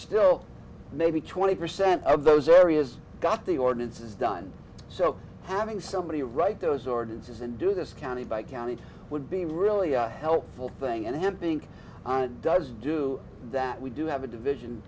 still maybe twenty percent of those areas got the ordinances done so having somebody right those ordinances and do this county by county would be really a helpful thing and him being on does do that we do have a division